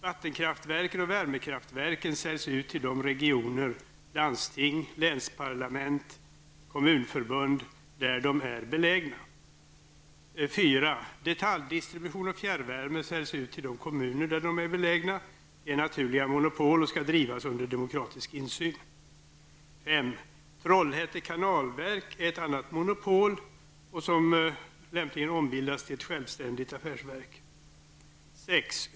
Vattenkraftverken och värmekraftverken säljs ut till de regioner -- landsting, länsparlament och kommunförbund -- där de är belägna. 4. Detaljdistribution och fjärrvärme säljs ut till de kommuner där de är belägna. De är naturliga monopol och skall drivas under demokratisk insyn. 5. Trollhätte kanalverk är ett annat monopol som lämpligen ombildas till ett självständigt affärsverk. 6.